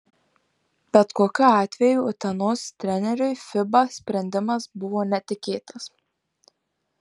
bet kokiu atveju utenos treneriui fiba sprendimas buvo netikėtas